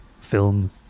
Film